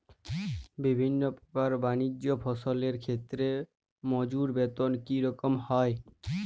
বিভিন্ন প্রকার বানিজ্য ফসলের ক্ষেত্রে মজুর বেতন কী রকম হয়?